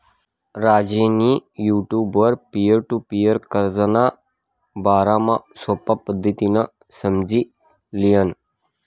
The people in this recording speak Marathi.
राजेंनी युटुबवर पीअर टु पीअर कर्जना बारामा सोपा पद्धतीनं समझी ल्हिनं